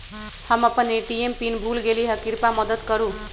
हम अपन ATM pin भूल गेली ह, कृपया मदत करू